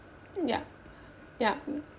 yup yup